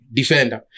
defender